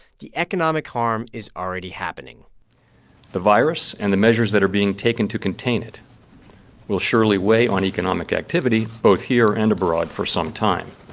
the economic harm is already happening the virus and the measures that are being taken to contain it will surely weigh on economic activity, both here and abroad, for some time.